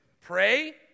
Pray